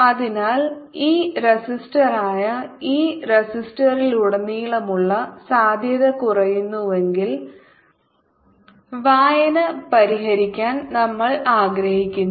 അതിനാൽ ഈ റെസിസ്റ്ററായ ഈ റെസിസ്റ്ററിലുടനീളമുള്ള സാധ്യത കുറയുന്നുവെങ്കിൽ വായന പരിഹരിക്കാൻ നമ്മൾ ആഗ്രഹിക്കുന്നു